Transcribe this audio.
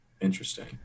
Interesting